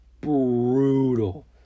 brutal